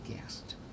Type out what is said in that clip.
guest